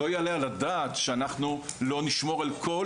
לא יעלה על הדעת שאנחנו לא נשמור על כל